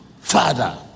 Father